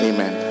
Amen